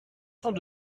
cents